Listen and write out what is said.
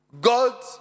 God